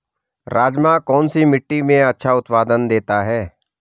राजमा कौन सी मिट्टी में अच्छा उत्पादन देता है?